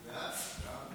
ההצעה להעביר